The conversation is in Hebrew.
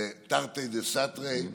זה תרתי דסתרי,